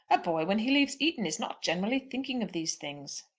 a boy when he leaves eton is not generally thinking of these things.